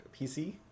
PC